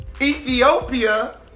Ethiopia